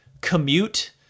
commute